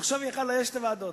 עכשיו היא יכלה לאייש שתי ועדות.